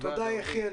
תודה רבה.